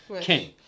king